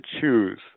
choose